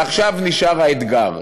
ועכשיו נשאר האתגר: